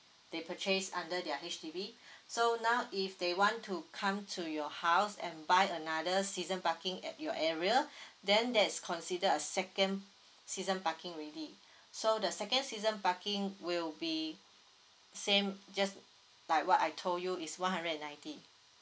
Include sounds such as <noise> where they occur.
they purchase under their H_D_B <breath> so now if they want to come to your house and buy another season parking at your area <breath> then that's consider a second season parking already so the second season parking will be same just like what I told you is one hundred and ninety